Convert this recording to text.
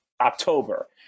October